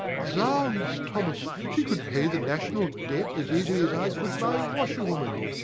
zounds! thomas, she could pay the national debt as easily as i could my washerwoman!